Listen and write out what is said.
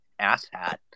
asshat